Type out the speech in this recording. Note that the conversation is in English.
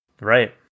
right